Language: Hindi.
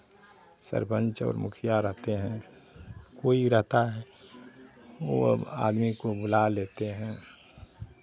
सरपंच और मुखिया रहते हैं कोई रहता है वो अब आदमी को बुला लेते हैं